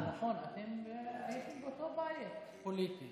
אה, נכון, אתם הייתם באותו בית פוליטי.